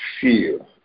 fear